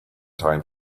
time